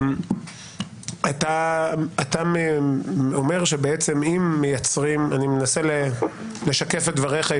אתה אומר שבעצם אם מייצרים אני מנסה לשקף את דבריך,